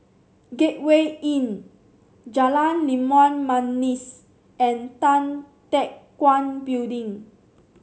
Gateway Inn Jalan Limau Manis and Tan Teck Guan Building